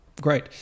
great